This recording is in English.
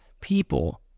people